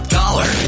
dollar